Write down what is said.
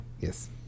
Yes